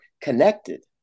connected